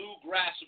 Bluegrass